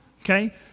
okay